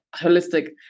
holistic